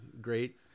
great